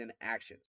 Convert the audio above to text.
actions